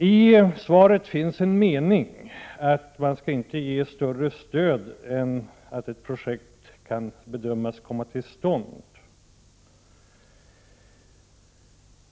I svaret finns det en mening om att man inte skall ge större stöd än som behövs för att ett projekt skall kunna komma till stånd.